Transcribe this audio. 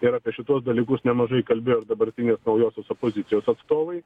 ir apie šituos dalykus nemažai kalbėjo ir dabartinės naujosios opozicijos atstovai